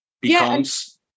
becomes